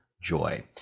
joy